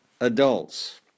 adults